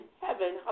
heaven